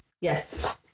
Yes